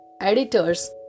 editors